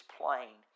plain